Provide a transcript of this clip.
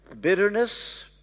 Bitterness